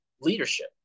leadership